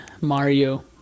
Mario